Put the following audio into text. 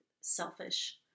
selfish